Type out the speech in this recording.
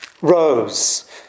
Rose